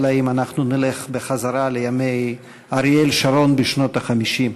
אלא אם כן אנחנו נלך בחזרה לימי אריאל שרון בשנות ה-50.